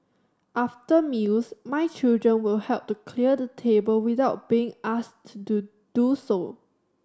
after meals my children will help to clear the table without being asked to do so